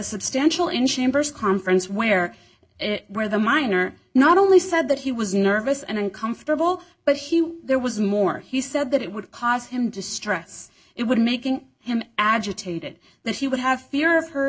substantial in chambers conference where it where the minor not only said that he was nervous and uncomfortable but hugh there was more he said that it would cause him distress it would making him agitated that he would have fear of her